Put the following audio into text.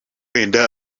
wenda